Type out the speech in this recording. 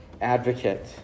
advocate